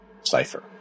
cipher